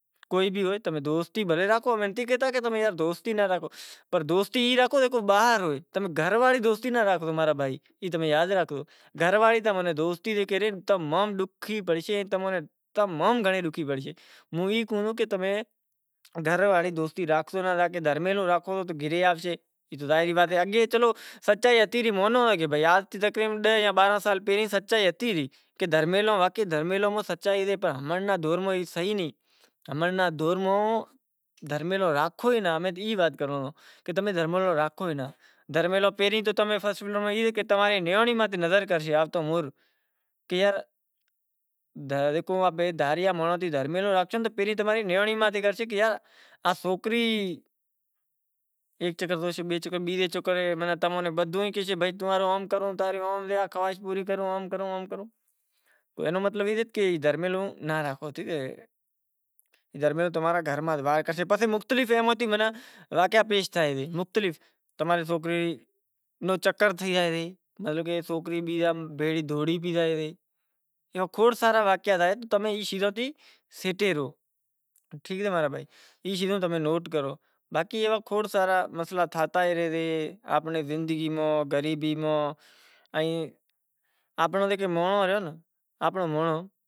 کوئی بھی ہوئے تو دوستی بھلیں راکھو دوستی راکھو تو باہر واڑی دوستی راکھو باقی گھر واڑی دوستی ناں راکھو ماں را بھائی۔ ای تمیں یاد راکھو گھر واڑی دوستی زکو رہی ای تمام ڈوکھی پڑسے۔ دھرمیلو راکھو تو گھرے آوشے ظاہری وات اے۔ اگے تو سچائی ہتی پنڑ امڑے دور میں ای صحیح نہیں۔ امڑے دور میں دھرمیلو راکھو ئی نہیں۔ دھرمیلو پہریں تو تماری نیانڑی ماتھے نظر کرسے۔ ایوا کھوڑ سارا مسئلا تھاتا ئی راہسیں